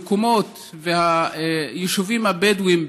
במקומות וביישובים הבדואיים,